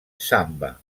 samba